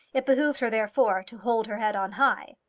it behoved her, therefore, to hold her head on high.